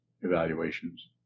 evaluations